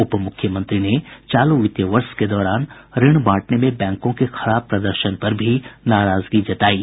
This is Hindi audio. उपमुख्यमंत्री ने चालू वित्तीय वर्ष के दौरान ऋण बांटने में बैंकों के खराब प्रदर्शन पर भी नाराजगी जतायी